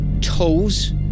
toes